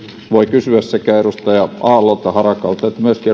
voi kysyä sekä edustaja aallolta harakalta että myöskin